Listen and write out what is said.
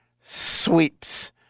sweeps